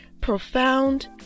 profound